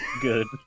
Good